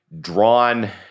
drawn